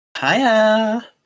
Hiya